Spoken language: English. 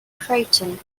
creighton